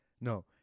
No